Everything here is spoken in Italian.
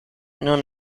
non